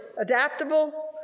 adaptable